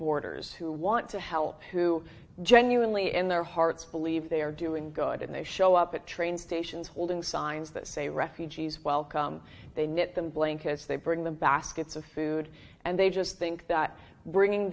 borders who want to help who genuinely in their hearts believe they are doing good and they show up at train stations holding signs that say refugees welcome they knit them blankets they bring them baskets of food and they just think that bringing